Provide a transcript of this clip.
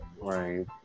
right